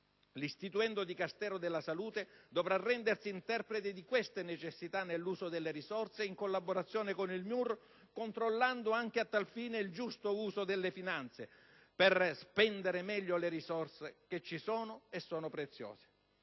l'istituendo Dicastero della salute dovrà rendersi interprete di queste necessità nell'uso delle risorse in collaborazione con il MIUR, controllando anche a tal fine il giusto uso delle finanze, per spendere meglio le risorse che ci sono e che sono preziose.